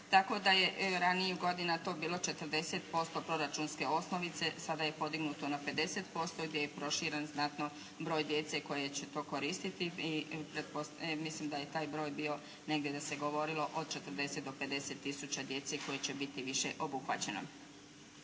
tako da je ranijih godina to bilo 40% proračunske osnovice sada je podignuto na 50% gdje je proširen znatno broj djece koja će to koristiti i mislim da je taj broj bio, negdje da se govorilo od 40 do 50 tisuća djece koje će biti više obuhvaćeno.